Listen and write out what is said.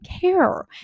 care